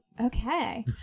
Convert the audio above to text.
Okay